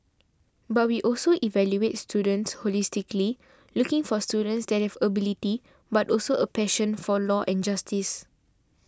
but we also evaluate students holistically looking for students that have ability but also a passion for law and justice